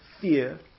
fear